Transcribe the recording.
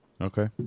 Okay